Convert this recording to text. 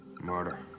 Murder